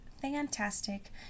fantastic